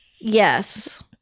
Yes